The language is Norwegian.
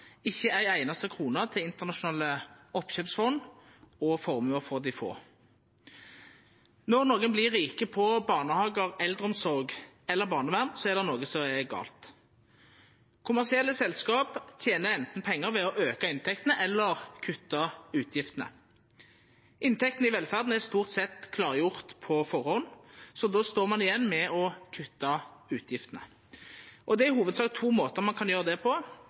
ikkje ei einaste krone skal gå til internasjonale oppkjøpsfond og formuer for dei få. Når nokon vert rike på barnehagar, eldreomsorg eller barnevern, er det noko som er gale. Kommersielle selskap tener pengar enten ved å auka inntektene eller ved å kutta utgiftene. Inntektene i velferda er stort sett klargjorde på førehand, så då står ein igjen med å kutta utgiftene. Det er i hovudsak to måtar ein kan gjera det på.